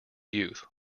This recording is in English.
youth